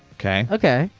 okay. okay.